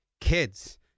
kids